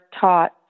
taught